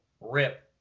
rip